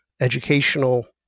educational